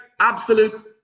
absolute